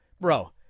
bro